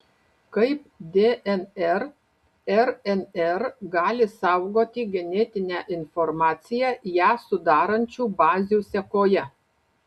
kaip dnr rnr gali saugoti genetinę informaciją ją sudarančių bazių sekoje